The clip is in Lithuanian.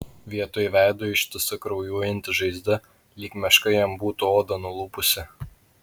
vietoj veido ištisa kraujuojanti žaizda lyg meška jam būtų odą nulupusi